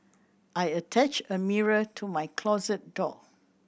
I attached a mirror to my closet door